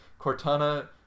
Cortana